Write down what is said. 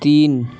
تین